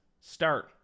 start